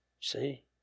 See